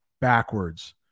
backwards